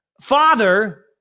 father